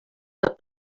but